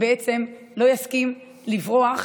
בעצם לא יסכים לברוח,